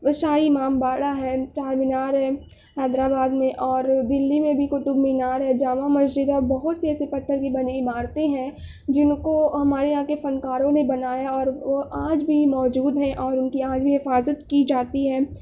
شاہی imambara ہے Charminar ہے حیدرآباد میں اور دلّی میں بھی قطب مینار ہے جامع مسجد ہے بہت سی ایسی پتھر کی بنی عمارتیں ہیں جن کو ہمارے یہاں کے فنکاروں نے بنایا اور وہ آج بھی موجود ہیں اور ان کی آج بھی حفاظت کی جاتی ہے